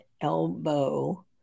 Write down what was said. elbow